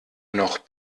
noch